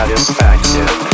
Satisfaction